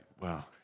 Wow